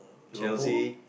Chelsea